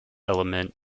element